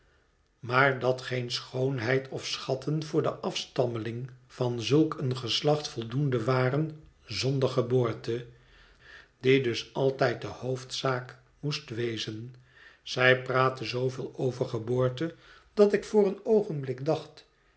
maar dat geene schoonheid of schatten voor den afstammeling van zulk een geslacht voldoende waren zonder geboorte die dus altijd de hoofdzaak moest wezen zij praatte zooveel over geboorte dat ik voor een oogenblik dacht